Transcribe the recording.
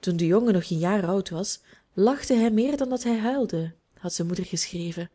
toen de jongen nog geen jaar oud was lachte hij meer dan dat hij huilde had zijn moeder geschreven